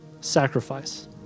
Sacrifice